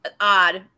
Odd